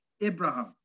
Abraham